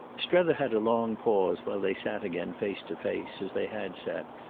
strether had a long pause while they sat again face to face, as they had sat,